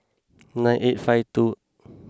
nine eight five two